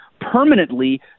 permanently